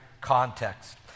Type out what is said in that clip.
context